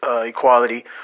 equality